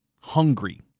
Hungry